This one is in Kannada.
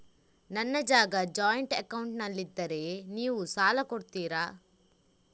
ನನ್ನ ಜಾಗ ಜಾಯಿಂಟ್ ಅಕೌಂಟ್ನಲ್ಲಿದ್ದರೆ ನೀವು ಸಾಲ ಕೊಡ್ತೀರಾ?